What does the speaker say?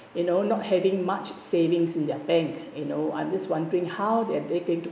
you know not having much savings in their bank you know I'm just wondering how they're break into